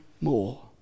more